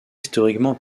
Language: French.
historiquement